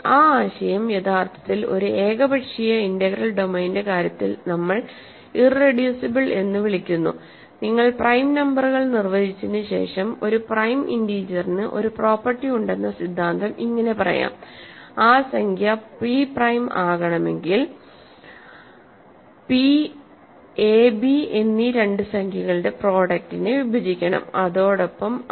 ആ ആശയം യഥാർത്ഥത്തിൽ ഒരു ഏകപക്ഷീയമായ ഇന്റഗ്രൽ ഡൊമെയ്നിന്റെ കാര്യത്തിൽ നമ്മൾ ഇറെഡ്യുസിബിൾ എന്ന് വിളിക്കുന്നു നിങ്ങൾ പ്രൈം നമ്പറുകൾ നിർവചിച്ചതിനുശേഷം ഒരു പ്രൈം ഇൻറിജറിന് ഒരു പ്രോപ്പർട്ടി ഉണ്ടെന്ന സിദ്ധാന്തം ഇങ്ങനെ പറയാം ആ സംഖ്യ പി പ്രൈം ആകണമെങ്കിൽ പി a b എന്നീ രണ്ട് സംഖ്യകളുടെ പ്രൊഡക്ടിനെ വിഭജിക്കണം അതോടൊപ്പം അത്